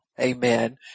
Amen